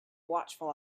watchful